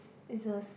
is a